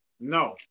no